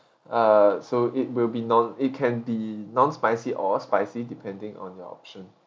uh so it will be non it can be non spicy or spicy depending on your option